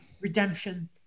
Redemption